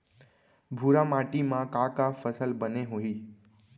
भूरा माटी मा का का फसल बने होही?